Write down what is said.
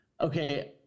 Okay